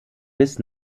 bis